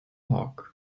hawk